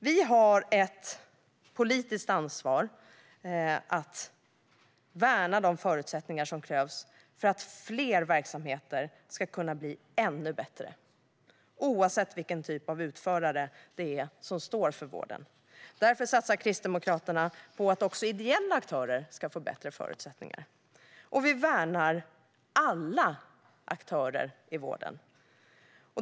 Vi har ett politiskt ansvar att värna de förutsättningar som krävs för att fler verksamheter ska kunna bli ännu bättre oavsett vilken typ av utförare som står för vården. Därför vill Kristdemokraterna satsa på att också ideella aktörer ska få bättre förutsättningar. Vi värnar alla aktörer i vården.